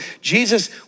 Jesus